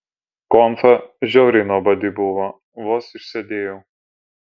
konfa žiauriai nuobodi buvo vos išsėdėjau